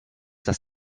das